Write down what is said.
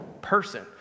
person